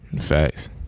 Facts